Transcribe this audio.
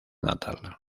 natal